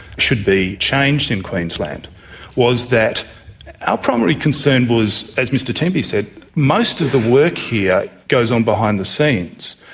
should be changed in queensland was that our primary concern was, as mr temby said, most of the work here goes on behind the scenes,